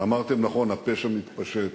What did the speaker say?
אמרתם נכון: הפשע מתפשט.